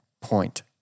point